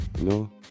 no